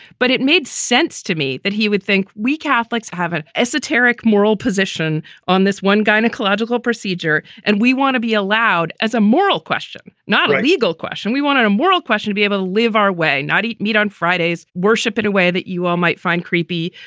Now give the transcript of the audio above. but it made sense to me that he would think we catholics have an esoteric moral position on this one gynecological procedure. and we want to be allowed as a moral question, not a legal question. we wanted a moral question to be able to live our way, not eat meat on fridays, worship in a way that you all might find creepy,